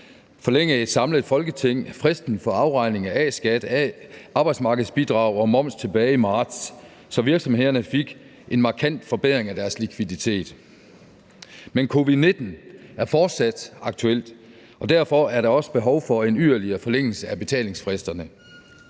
forlængede et samlet Folketing fristen for afregning af A-skat, arbejdsmarkedsbidrag og moms tilbage i marts, så virksomhederne fik en markant forbedring af deres likviditet. Men covid-19 er fortsat aktuel, og derfor er der også behov for en yderligere forlængelse af betalingsfristerne.